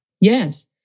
Yes